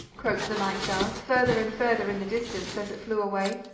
croaked the nightjar, farther and farther in the distance, as it flew away.